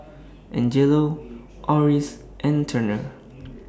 Angelo Oris and Turner